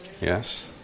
Yes